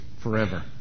forever